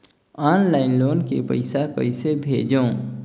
Online loan के पईसा कइसे भेजों?